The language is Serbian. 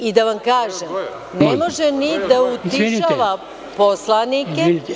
I da vam kažem, ne može ni da utišava poslanike…